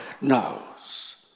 knows